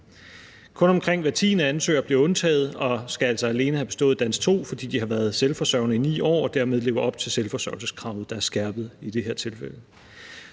Kun omkring hver tiende ansøger bliver undtaget og skal altså alene have bestået Dansk 2, fordi de har været selvforsørgende i 9 år og dermed lever op til selvforsørgelseskravet, der er skærpet i det her tilfælde.